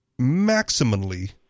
maximally